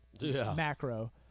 macro